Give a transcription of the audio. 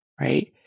right